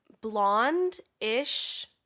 blonde-ish